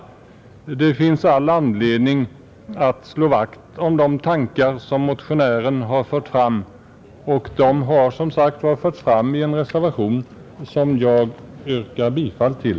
Det finns all anledning att slå vakt om de tankar som motionärerna fört fram. De har förts fram också i reservationen 8, som jag yrkar bifall till.